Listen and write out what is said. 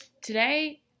today